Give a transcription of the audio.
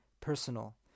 personal